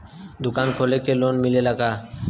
दुकान खोले के लोन मिलेला का?